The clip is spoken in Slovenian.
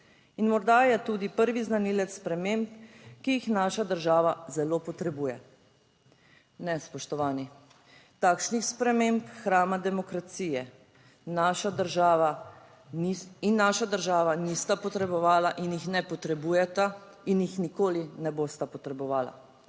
In morda je tudi prvi znanilec sprememb, ki jih naša država zelo potrebuje." Ne, spoštovani, takšnih sprememb hrama demokracije naša država in naša država nista potrebovala in jih ne potrebujeta in jih nikoli ne bosta potrebovala.